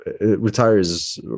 retires